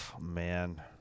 man